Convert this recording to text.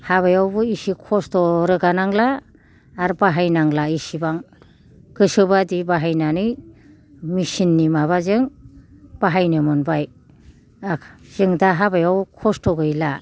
हाबायावबो एसे खस्थ' रोगानांला आरो बाहायनांला एसेबां गोसोबादि बाहायनानै मेसिननि माबाजों बाहायनो मोनबाय आरो जों दा हाबायाव खस्थ' गैला